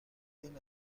این